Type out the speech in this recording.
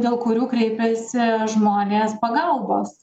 dėl kurių kreipiasi žmonės pagalbos